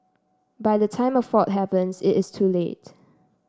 by the time a fault happens it is too late